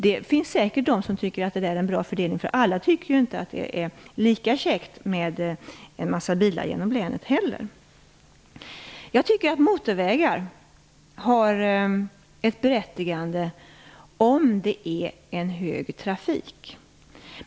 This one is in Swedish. Det finns säkert de som tycker att det är en bra fördelning, därför att alla tycker inte att det är lika käckt att en massa bilar går genom länet. Jag tycker att motorvägar har ett berättigande, om det är en hög trafikvolym.